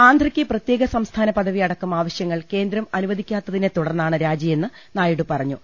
ആന്ധ്രക്ക് പ്രത്യേക സംസ്ഥാന പദവി അടക്കം ആവശൃങ്ങൾ കേന്ദ്രം അനുവ ദിക്കാത്തതിനെ തുടർന്നാണ് രാജിയെന്ന് നായിഡു പറഞ്ഞു